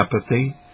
apathy